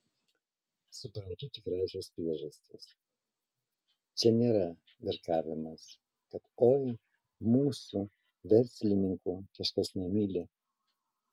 suprantu tikrąsias priežastis čia nėra virkavimas kad oi mūsų verslininkų kažkas nemyli